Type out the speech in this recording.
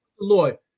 lord